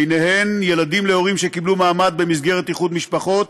בהן ילדים להורים שקיבלו מעמד במסגרת איחוד משפחות